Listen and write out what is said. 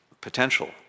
potential